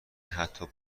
حتا